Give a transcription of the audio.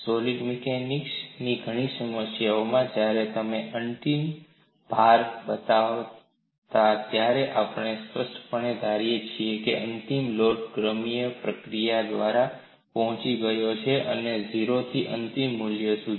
solid મિકેનિક્સની ઘણી સમસ્યાઓમાં જ્યારે તમે અંતિમ ભાર બતાવો ત્યારે આપણે સ્પષ્ટપણે ધારીએ છીએ કે અંતિમ લોડ ક્રમિક પ્રક્રિયા દ્વારા પહોંચી ગયો છે 0 થી અંતિમ મૂલ્ય સુધી